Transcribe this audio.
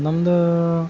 ನಮ್ಮದು